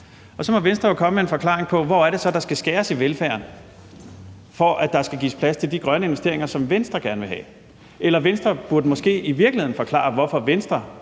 Så må Venstre jo komme med en forklaring på, hvor det så er, der skal skæres i velfærden for at give plads til de grønne investeringer, som Venstre gerne vil have. Eller Venstre burde måske i virkeligheden forklare, hvorfor Venstre